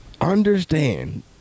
understand